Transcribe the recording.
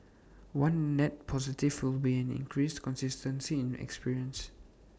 one net positive will be an increased consistency in experience